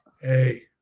Hey